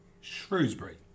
Shrewsbury